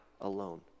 alone